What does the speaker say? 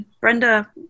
Brenda